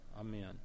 Amen